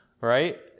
right